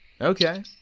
Okay